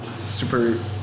super